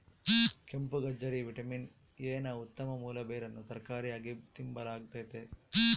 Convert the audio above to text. ಕೆಂಪುಗಜ್ಜರಿ vitamin A ನ ಉತ್ತಮ ಮೂಲ ಬೇರನ್ನು ತರಕಾರಿಯಾಗಿ ತಿಂಬಲಾಗ್ತತೆ